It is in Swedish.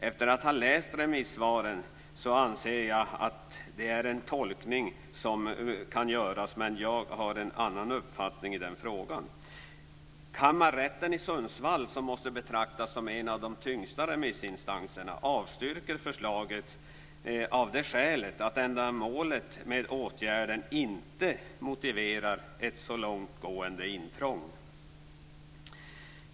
Efter att ha läst remissvaren anser jag att det visserligen är en tolkning som kan göras, men jag har en annan uppfattning i frågan. Kammarrätten i Sundsvall, som måste betraktas som en av de tyngsta remissinstanserna, avstyrker förslaget av det skälet att ändamålet med åtgärden inte motiverar ett så långtgående intrång.